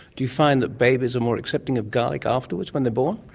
do you find that babies are more accepting of garlic afterwards when they are born?